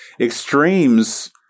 Extremes